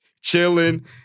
chilling